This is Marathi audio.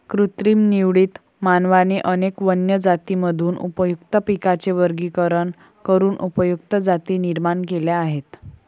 कृत्रिम निवडीत, मानवाने अनेक वन्य जातींमधून उपयुक्त पिकांचे वर्गीकरण करून उपयुक्त जाती निर्माण केल्या आहेत